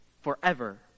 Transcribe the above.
forever